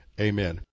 Amen